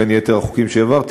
בין יתר החוקים שהעברתי,